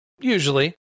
Usually